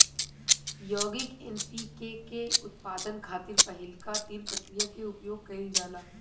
यौगिक एन.पी.के के उत्पादन खातिर पहिलका तीन प्रक्रिया के उपयोग कईल जाला